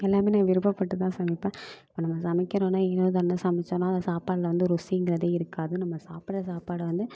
எல்லாம் நான் விருப்பப்பட்டு தான் சமைப்பேன் இப்போ நம்ம சமைக்கிறோன்னா ஏனோ தானோன்னு சமைச்சோன்னா அந்த சாப்பாடில் வந்து ருசிங்கறது இருக்காது நம்ம சாப்பிட்ற சாப்பாடு வந்து